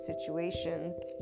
situations